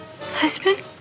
husband